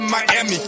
Miami